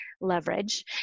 leverage